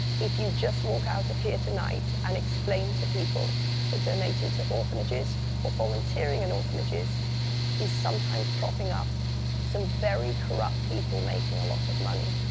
if you just walk out of here tonight and explain to people that donating to orphanages or volunteering at and orphanages is sometimes propping up some very corrupt people making a lot of money,